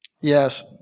Yes